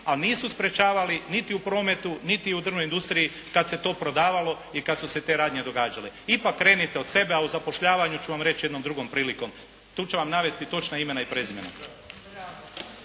a nisu sprečavali niti u prometu, niti u drvnoj industriji kada se to prodavalo i kada su se te radnje događale. Ipak krenite od sebe, a o zapošljavanju ću reći jednom drugom prilikom, tu ću vam navesti točna imena i prezimena.